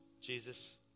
Jesus